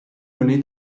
örneği